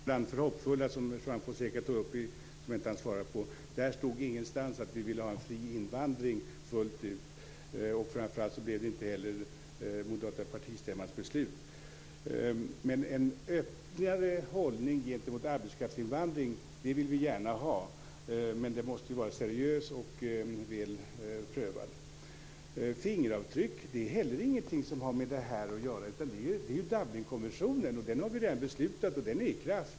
Herr talman! Jag hann inte svara på Juan Fonsecas fråga om Land för hoppfulla. Där står inte att vi vill ha en fullt ut fri invandring. Framför allt blev det inte den moderata partistämmans beslut. Men vi vill gärna ha en öppnare hållning gentemot arbetskraftsinvandring. Men den måste vara seriös och väl prövad. Fingeravtryck har inte heller med detta att göra. Det rör Dublinkonventionen. Den har vi redan beslutat om och har trätt i kraft.